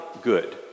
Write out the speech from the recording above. good